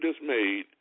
dismayed